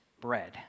bread